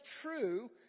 true